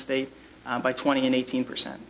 state by twenty and eighteen percent